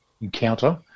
encounter